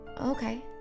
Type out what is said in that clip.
Okay